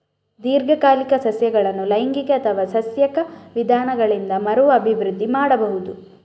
ದೀರ್ಘಕಾಲಿಕ ಸಸ್ಯಗಳನ್ನು ಲೈಂಗಿಕ ಅಥವಾ ಸಸ್ಯಕ ವಿಧಾನಗಳಿಂದ ಮರು ಅಭಿವೃದ್ಧಿ ಮಾಡಬಹುದು